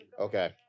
Okay